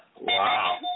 Wow